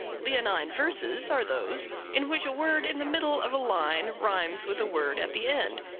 leonine verses are those in which a word in the middle of a line rhymes with a word at the end,